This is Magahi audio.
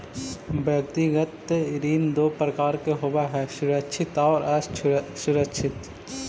व्यक्तिगत ऋण दो प्रकार के होवऽ हइ सुरक्षित आउ असुरक्षित